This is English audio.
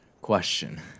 Question